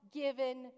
given